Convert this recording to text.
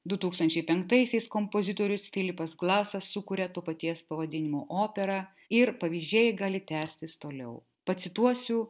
du tūkstančiai penktaisiais kompozitorius filipas klasas sukuria to paties pavadinimo operą ir pavyzdžiai gali tęstis toliau pacituosiu